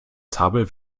zabel